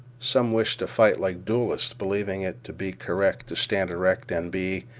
some wished to fight like duelists, believing it to be correct to stand erect and be,